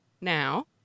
now